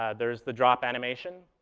ah there's the drop animation,